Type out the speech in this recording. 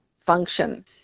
function